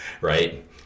right